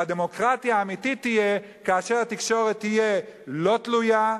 והדמוקרטיה האמיתית תהיה כאשר התקשורת תהיה לא תלויה,